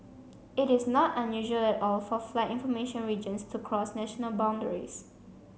it is not unusual at all for flight information regions to cross national boundaries